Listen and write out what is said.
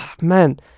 man